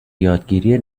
یادگیری